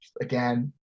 again